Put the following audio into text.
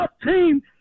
Team